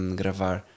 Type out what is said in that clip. gravar